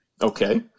Okay